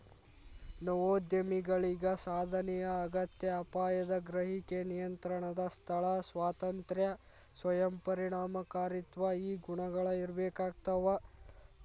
ನವೋದ್ಯಮಿಗಳಿಗ ಸಾಧನೆಯ ಅಗತ್ಯ ಅಪಾಯದ ಗ್ರಹಿಕೆ ನಿಯಂತ್ರಣದ ಸ್ಥಳ ಸ್ವಾತಂತ್ರ್ಯ ಸ್ವಯಂ ಪರಿಣಾಮಕಾರಿತ್ವ ಈ ಗುಣಗಳ ಇರ್ಬೇಕಾಗ್ತವಾ